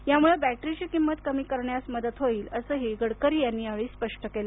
यामुळं बॅटरीची किंमत कमी करण्यास मदत होईल असंही गडकरी यांनी यावेळी स्पष्ट केलं